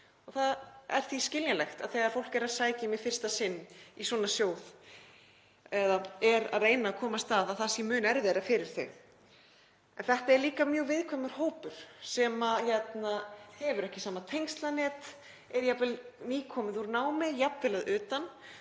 Því er skiljanlegt að þegar fólk er að sækja um í fyrsta sinn í svona sjóð eða er að reyna að komast af stað sé það mun erfiðara. En þetta er líka mjög viðkvæmur hópur sem hefur ekki sama tengslanet, er nýkominn úr námi, jafnvel að utan,